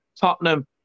Tottenham